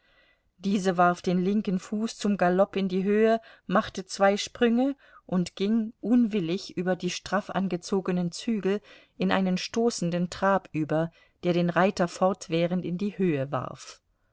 diese warf den linken fuß zum galopp in die höhe machte zwei sprünge und ging unwillig über die straff angezogenen zügel in einen stoßenden trab über der den reiter fortwährend in die höhe warf